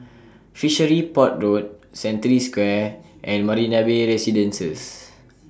Fishery Port Road Century Square and Marina Bay Residences